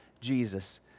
Jesus